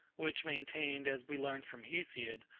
which maintained, as we learn from hesiod,